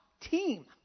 team